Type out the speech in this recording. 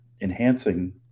enhancing